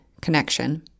connection